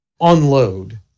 unload